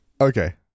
Okay